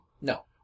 No